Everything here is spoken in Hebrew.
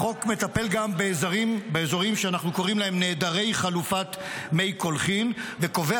החוק מטפל גם באזורים שאנחנו קוראים להם נעדרי חלופת מי קולחין וקובע